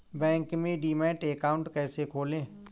Bank में demat account कैसे खोलें?